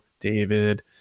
David